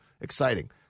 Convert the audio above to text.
exciting